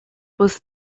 was